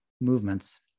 movements